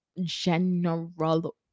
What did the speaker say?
general